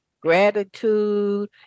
gratitude